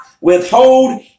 withhold